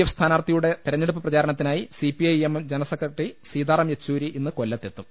F സ്ഥാനാർഥിയുടെ തെരഞ്ഞെടുപ്പ് പ്രചരണത്തിനായി CPI M general secretary Sitaram Yechury ഇന്ന് കൊല്ലത്തെത്തും